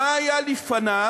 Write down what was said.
מה היה לפניו,